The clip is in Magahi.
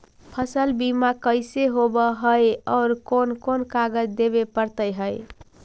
फसल बिमा कैसे होब है और कोन कोन कागज देबे पड़तै है?